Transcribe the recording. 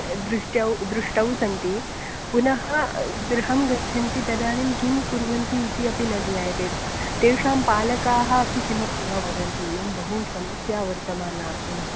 दृष्ट्यौ दृष्टौ सन्ति पुनः गृहं गच्छन्ति तदानीं किं कुर्वन्ति इति अपि न ज्ञायते तेषां पालकाः अपि किमपि न वदन्ति इयं बहू समस्या वर्तमाना अधुना